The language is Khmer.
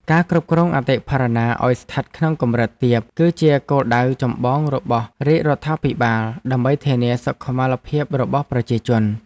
ការគ្រប់គ្រងអតិផរណាឱ្យស្ថិតក្នុងកម្រិតទាប គឺជាគោលដៅចម្បងរបស់រាជរដ្ឋាភិបាល ដើម្បីធានាសុខុមាលភាពរបស់ប្រជាជន។